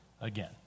again